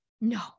No